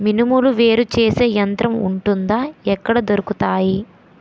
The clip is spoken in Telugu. మినుములు వేరు చేసే యంత్రం వుంటుందా? ఎక్కడ దొరుకుతాయి?